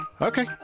okay